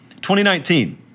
2019